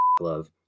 Love